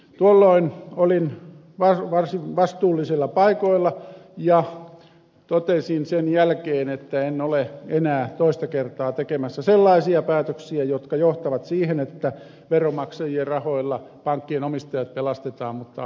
tuolloin olin varsin vastuullisilla paikoilla ja totesin sen jälkeen että en ole enää toista kertaa tekemässä sellaisia päätöksiä jotka johtavat siihen että veronmaksajien rahoilla pankkien omistajat pelastetaan mutta asiakkaita ei